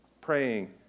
praying